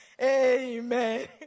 Amen